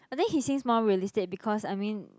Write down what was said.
I think he seems more realistic because I mean